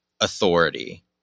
authority